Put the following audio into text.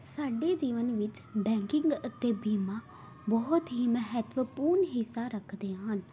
ਸਾਡੇ ਜੀਵਨ ਵਿੱਚ ਬੈਂਕਿੰਗ ਅਤੇ ਬੀਮਾ ਬਹੁਤ ਹੀ ਮਹੱਤਵਪੂਰਨ ਹਿੱਸਾ ਰੱਖਦੇ ਹਨ